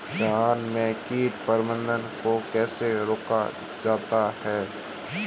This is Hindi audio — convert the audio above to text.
धान में कीट प्रबंधन को कैसे रोका जाता है?